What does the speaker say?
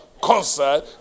concert